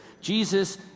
Jesus